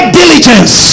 diligence